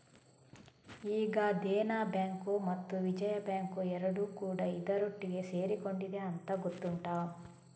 ಈಗ ದೇನಾ ಬ್ಯಾಂಕು ಮತ್ತು ವಿಜಯಾ ಬ್ಯಾಂಕು ಎರಡೂ ಕೂಡಾ ಇದರೊಟ್ಟಿಗೆ ಸೇರಿಕೊಂಡಿದೆ ಅಂತ ಗೊತ್ತುಂಟಾ